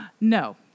No